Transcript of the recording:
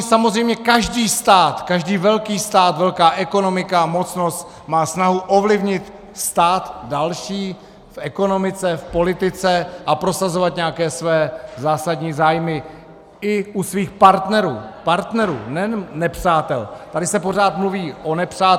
Samozřejmě každý stát, každý velký stát, velká ekonomika, mocnost má snahu ovlivnit stát další v ekonomice, v politice a prosazovat nějaké své zásadní zájmy i u svých partnerů partnerů, nejen nepřátel, tady se pořád mluví o nepřátelích.